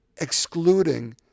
excluding